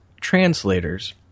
translators